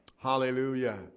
Hallelujah